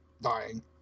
dying